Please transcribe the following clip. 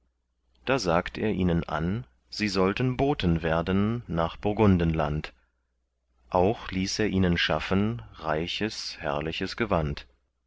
da sagt er ihnen an sie sollten boten werden nach burgundenland auch ließ er ihnen schaffen reiches herrliches gewand